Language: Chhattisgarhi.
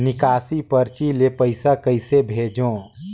निकासी परची ले पईसा कइसे भेजों?